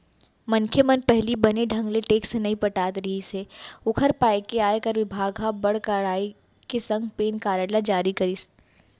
मनखे मन पहिली बने ढंग ले टेक्स नइ पटात रिहिस हे ओकर पाय के आयकर बिभाग हर बड़ कड़ाई के संग पेन कारड ल जारी करिस